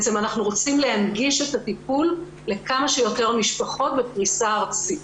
אנחנו רוצים להנגיש את הטיפול לכמה שיותר משפחות בפריסה ארצית.